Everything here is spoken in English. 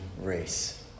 race